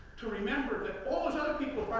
to remember that all those other people